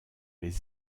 les